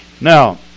Now